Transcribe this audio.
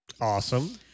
Awesome